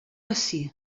ací